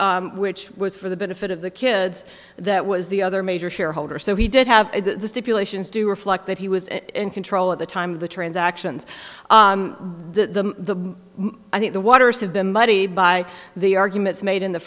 which was for the benefit of the kids that was the other major shareholder so he did have the stipulations do reflect that he was in control at the time of the transactions the i think the waters have been muddied by the arguments made in the